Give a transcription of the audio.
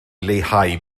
leihau